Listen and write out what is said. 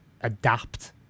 adapt